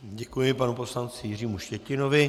Děkuji panu poslanci Jiřímu Štětinovi.